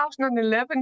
2011